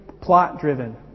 plot-driven